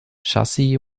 chassis